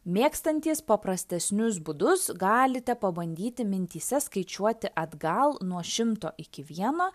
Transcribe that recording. mėgstantys paprastesnius būdus galite pabandyti mintyse skaičiuoti atgal nuo šimto iki vieno